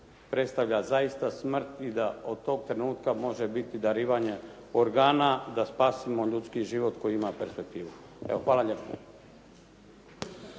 predstavlja zaista smrt i da od tog trenutka može biti darivanje organa da spasimo ljudski život koji ima perspektivu. Evo, hvala lijepo.